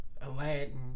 Aladdin